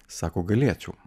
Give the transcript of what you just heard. sako galėčiau